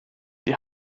die